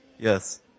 Yes